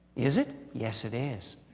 is it? yes, it is.